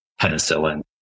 penicillin